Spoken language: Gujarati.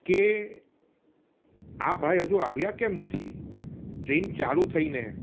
કે આ ભાઈ હજુ આવ્યા કેમ નથી ટ્રેન ચાલુ થઈને